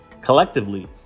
Collectively